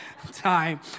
time